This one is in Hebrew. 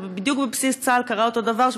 ובדיוק בבסיס צה"ל קרה אותו דבר,